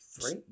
three